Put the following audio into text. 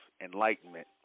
enlightenment